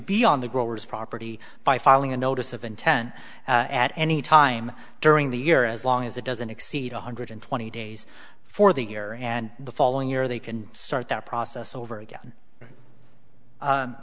be on the growers property by filing a notice of intent at any time during the year as long as it doesn't exceed one hundred twenty days for the year and the following year they can start that process over again